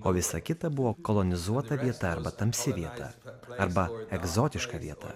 o visa kita buvo kolonizuota vieta arba tamsi vieta arba egzotiška vieta